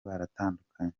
baratandukanye